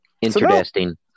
Interesting